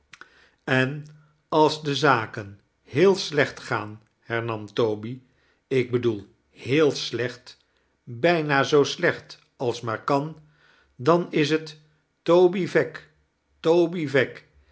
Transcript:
en als de zaken heel slecht gaan hernam toby ik bedoel heel slecht bijna zoo slecht als maar kan dan is t toby veck toby veck